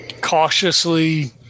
cautiously